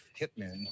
hitmen